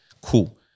Cool